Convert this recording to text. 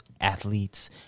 athletes